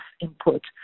input